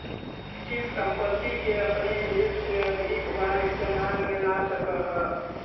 निश्चित संपत्ति के अपने एक से अधिक बार इस्तेमाल में ला सकऽ हऽ